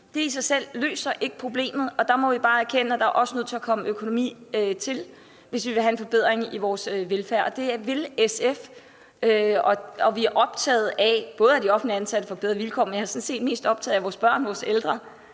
Det i sig selv løser ikke problemet, og der må vi bare erkende, at der også er nødt til at komme økonomi til, hvis vi vil have en forbedring i vores velfærd. Det vil SF, og vi er optaget af, at de offentligt ansatte får bedre vilkår, men jeg er sådan set mest optaget af, at vores børn, vores ældre,